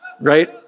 right